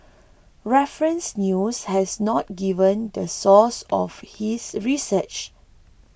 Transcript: Reference News has not given the source of his research